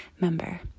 member